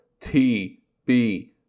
tb